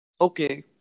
Okay